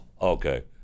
okay